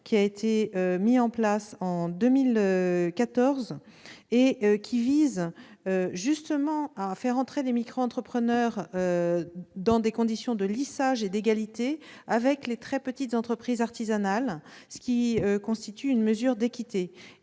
a été mis en place en 2014, qui vise justement à faire entrer les micro-entrepreneurs dans des conditions de lissage et d'égalité avec les très petites entreprises artisanales. Cela constitue une mesure d'équité.